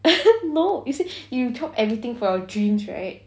no you say if you drop everything for your dreams right